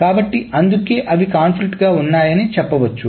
కాబట్టి అందుకే అవి కాన్ఫ్లిక్ట్గా ఉన్నాయని చెప్పవచ్చు